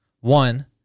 One